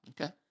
Okay